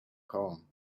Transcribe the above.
poem